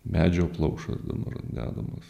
medžio plaušas dabar dedamas